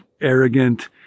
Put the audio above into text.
arrogant